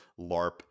LARP